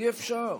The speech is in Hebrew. אי-אפשר.